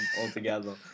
altogether